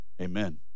amen